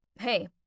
Hey